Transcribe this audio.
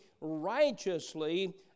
righteously